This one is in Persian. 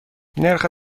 نرخ